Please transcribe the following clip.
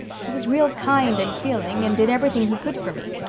he was real kind and feeling, and did everything he could for me,